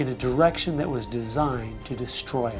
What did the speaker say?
in a direction that was designed to destroy